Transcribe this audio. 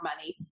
money